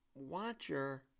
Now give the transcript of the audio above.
watcher